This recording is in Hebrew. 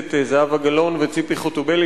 הכנסת זהבה גלאון וציפי חוטובלי,